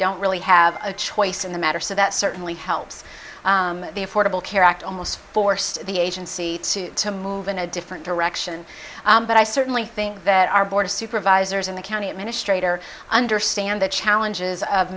don't really have a choice in the matter so that certainly helps the affordable care act almost forced the agency to to move in a different direction but i certainly think that our board of supervisors and the county administrator understand the challenges of